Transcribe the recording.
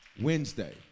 Wednesday